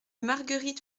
marguerite